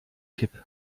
kipp